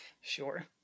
Sure